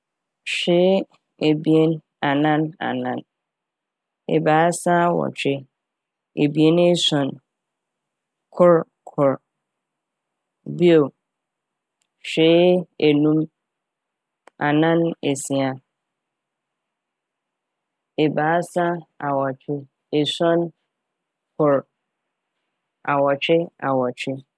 Hwee, ebien, anan, anan, ebiasa, awɔtwe, ebien, esuon, kor, kor. Bio, hwee, enum, anan, esia, ebiasa, awɔtwe, esuon, kor, awɔtwe, awɔtwe